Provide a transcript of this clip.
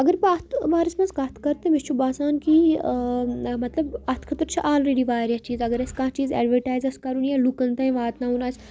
اگر بہٕ اَتھ بارَس منٛز کَتھ کَررٕ تہٕ مےٚ چھُ باسان کہِ مطلب اَتھ خٲطرٕ چھِ آلریڈی واریاہ چیٖز اگر اَسہِ کانٛہہ چیٖز اٮ۪ڈوَٹایِز آسہِ کَرُن یا لُکَن تانۍ واتناوُن آسہِ